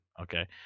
Okay